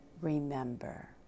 remember